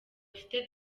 afite